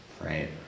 right